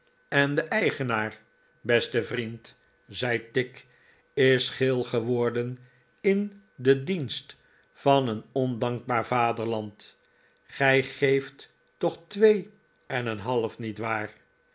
en de eigenaar beste vriend zei tigg is geel geworden in den dienst van een ondankbaar vaderland gij geeft toch twee en een half niet waar